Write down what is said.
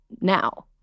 now